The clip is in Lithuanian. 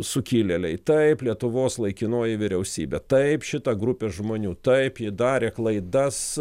sukilėliai taip lietuvos laikinoji vyriausybė taip šita grupė žmonių taip jie darė klaidas